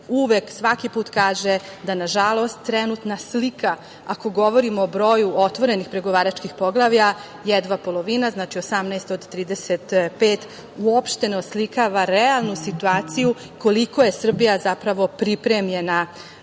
koji svaki put kaže da je, nažalost, trenutna slika, ako govorimo o broju otvorenih pregovaračkih poglavlja, jedva polovina. Znači, to je 18 od 35 i to uopšte ne oslikava realnu situaciju koliko je Srbija zapravo pripremljena